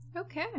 Okay